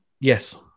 yes